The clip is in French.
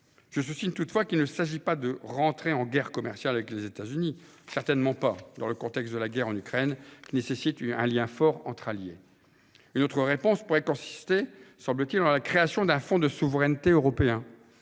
Je souligne toutefois qu'il ne s'agit pas d'entrer dans une guerre commerciale avec les États-Unis, certainement pas dans le contexte de la guerre en Ukraine qui nécessite un lien fort entre alliés. Une autre réponse pourrait consister en la création d'un fonds de souveraineté européen.